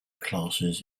classes